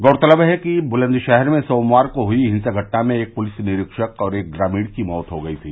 गौरतलब है कि ब्लन्दशहर में सोमवार को हुई हिंसक घटना में एक पुलिस निरीक्षक और एक ग्रामीण की मौत हो गई थी